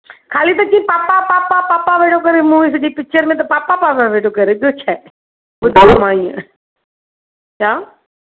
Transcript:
खाली वेठी पापा पापा पापा वेठो करे मुओ सॼी पिचर में त पापा पापा पियो करे ॿियो छाहे छा